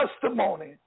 testimony